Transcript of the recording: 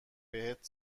بهت